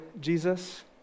Jesus